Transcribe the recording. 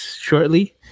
shortly